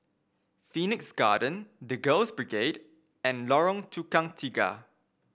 Phoenix Garden The Girls Brigade and Lorong Tukang Tiga